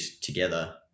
together